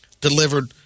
delivered